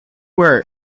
where